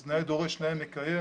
אז נאה דורש נאה מקיים.